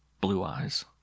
Blue-Eyes